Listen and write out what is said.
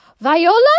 Viola